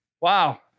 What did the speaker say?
Wow